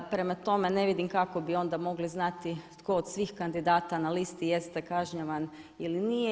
Prema tome ne vidim kako bi onda mogli znati tko od svih kandidata na listi jeste kažnjavan ili nije.